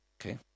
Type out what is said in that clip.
Okay